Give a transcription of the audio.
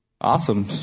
Awesome